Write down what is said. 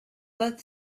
both